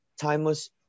timeless